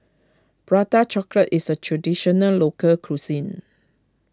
Prata Chocolate is a Traditional Local Cuisine